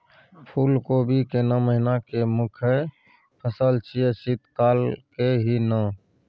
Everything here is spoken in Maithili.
फुल कोबी केना महिना के मुखय फसल छियै शीत काल के ही न?